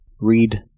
Read